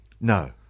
No